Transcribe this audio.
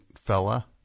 fella